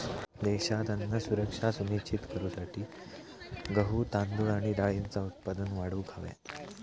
देशात अन्न सुरक्षा सुनिश्चित करूसाठी गहू, तांदूळ आणि डाळींचा उत्पादन वाढवूक हव्या